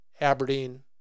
Aberdeen